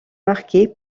marqué